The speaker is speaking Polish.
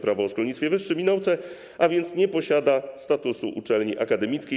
Prawo o szkolnictwie wyższym i nauce, a więc nie posiada statusu uczelni akademickiej.